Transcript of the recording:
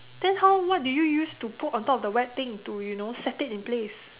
then how what do you use to put on top of the wet thing to you know set it in place